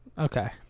Okay